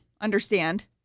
understand